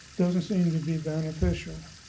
doesn't seem to be beneficial.